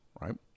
right